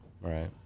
Right